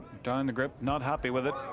john grip. not happy with it.